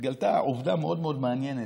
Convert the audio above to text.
התגלתה עובדה מאוד מאוד מעניינת.